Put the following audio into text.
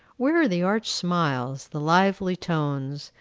where are the arch smiles, the lively tones,